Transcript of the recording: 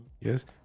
Yes